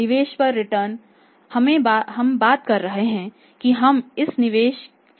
निवेश पर रिटर्न हमें बता रहा है कि हम इस निवेश से कितना रिटर्न कमा रहे हैं